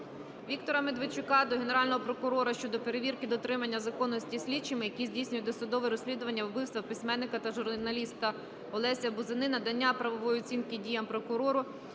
Віктора Медведчука до Генерального прокурора щодо перевірки дотримання законності слідчими, які здійснюють досудове розслідування вбивства письменника та журналіста Олеся Бузини, надання правової оцінки діям прокурора